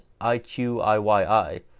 IQIYI